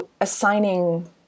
assigning